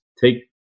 take